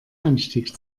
anstieg